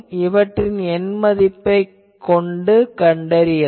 இவற்றின் எண் மதிப்பைக் கொண்டு கண்டறியலாம்